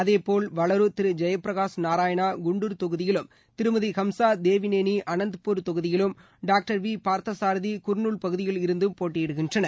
அதேபோல் வலரு திரு ஜெயப்பிரகாஷ் நாராயணா குண்டுர் தொகுதியிலும் திருமதி ஹம்சா தேவினேனி அனந்தப்பூர் தொகுதியிலும் டாக்டர் வி பார்த்தசாரதி கர்னூல் பகுதியில் இருந்தும் போட்டியிடுகின்றனர்